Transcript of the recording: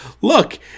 look